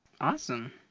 Awesome